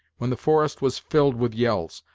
when the forest was filled with yells,